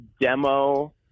demo